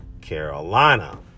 Carolina